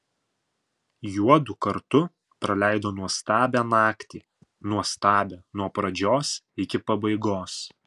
juodu kartu praleido nuostabią naktį nuostabią nuo pradžios iki pabaigos